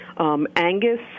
Angus